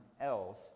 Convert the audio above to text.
else